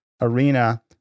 arena